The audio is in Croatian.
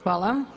Hvala.